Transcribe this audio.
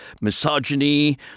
misogyny